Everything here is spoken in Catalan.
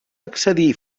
accedir